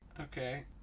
Okay